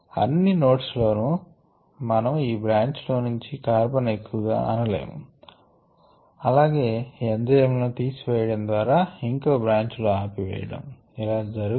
అన్ని నోడ్స్ లోను మనము ఈ బ్రాంచ్ లో నుంచి కార్బన్ ఎక్కువగా అనలేము అలాగే ఎంజైమ్ లను తీసివేయడం ద్వారా ఇంకో బ్రాంచ్ లో ఆపివేయడం ఇలా జరగదు